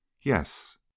Yes